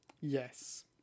Yes